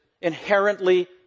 inherently